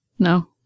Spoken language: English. No